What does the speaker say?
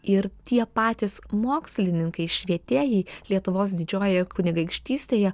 ir tie patys mokslininkai švietėjai lietuvos didžiojoje kunigaikštystėje